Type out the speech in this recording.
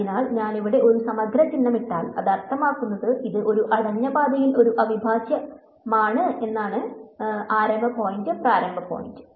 അതിനാൽ ഞാൻ ഇവിടെ ഒരു സമഗ്ര ചിഹ്നം ഇട്ടാൽ അത് അർത്ഥമാക്കുന്നത് ഇത് ഒരു അടഞ്ഞ പാതയിൽ ഒരു അവിഭാജ്യമാണ് എന്നാണ് ആരംഭ പോയിന്റ് പ്രാരംഭ പോയിന്റ്